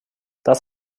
das